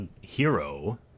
hero